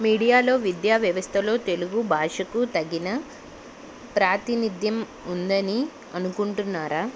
మీడియాలో విద్యా వ్యవస్థలో తెలుగు భాషకు తగిన ప్రాతినిధ్యం ఉందని అనుకుంటున్నారా